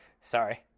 sorry